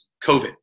COVID